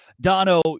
Dono